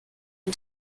and